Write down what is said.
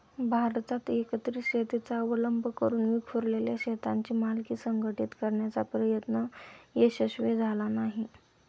भारतात एकत्रित शेतीचा अवलंब करून विखुरलेल्या शेतांची मालकी संघटित करण्याचा प्रयत्न यशस्वी झाला नाही